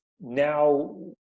now